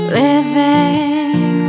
living